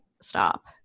stop